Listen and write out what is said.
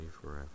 forever